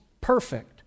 perfect